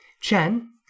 Chen